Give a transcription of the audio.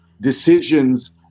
decisions